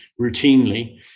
routinely